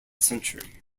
century